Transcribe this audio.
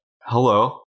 hello